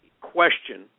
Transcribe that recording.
question